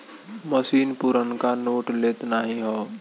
मसीन पुरनका नोट लेत नाहीं हौ